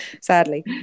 sadly